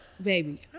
baby